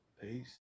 Peace